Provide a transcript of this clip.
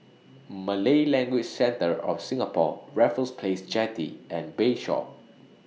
Malay Language Centre of Singapore Raffles Place Jetty and Bayshore